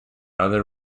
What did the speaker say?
other